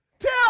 Tell